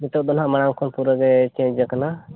ᱱᱤᱛᱚᱜ ᱫᱚ ᱱᱦᱟᱸᱜ ᱢᱟᱲᱟᱝ ᱠᱷᱚᱱ ᱯᱩᱨᱟᱹ ᱜᱮ ᱪᱮᱧᱡᱽ ᱟᱠᱟᱱᱟ